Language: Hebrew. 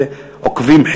ועוקבים,